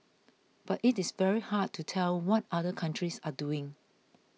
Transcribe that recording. but it is very hard to tell what other countries are doing